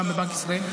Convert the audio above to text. גם בבנק ישראל,